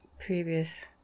previous